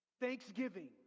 Thanksgiving